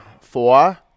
Four